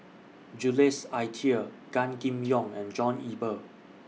Jules Itier Gan Kim Yong and John Eber